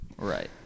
right